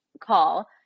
call